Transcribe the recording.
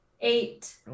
Eight